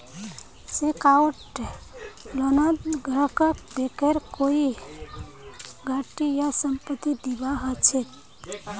secured लोनत ग्राहकक बैंकेर कोई गारंटी या संपत्ति दीबा ह छेक